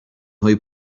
های